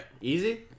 Easy